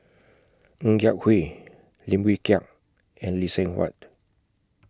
Ng Yak Whee Lim Wee Kiak and Lee Seng Huat